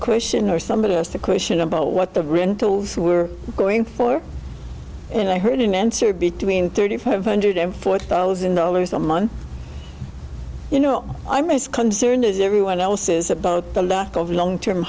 question or somebody asked the question about what the rental were going for and i heard an answer between thirty five hundred and four thousand dollars a month you know i'm most concerned as everyone else is about the lack of long term